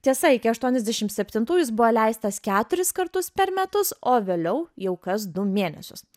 tiesa iki aštuoniasdešimt septintų jis buvo leistas keturis kartus per metus o vėliau jau kas du mėnesius